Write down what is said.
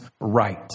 right